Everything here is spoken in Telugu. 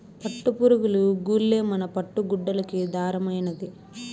పట్టుపురుగులు గూల్లే మన పట్టు గుడ్డలకి దారమైనాది